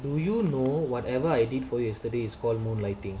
do you know whatever I did for yesterday's called moonlighting